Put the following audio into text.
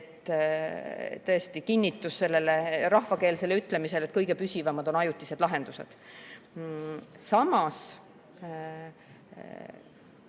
on tõesti kinnitus sellele rahvakeelsele ütlemisele, et kõige püsivamad on ajutised lahendused. Samas,